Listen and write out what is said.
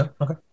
Okay